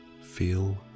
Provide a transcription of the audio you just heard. feel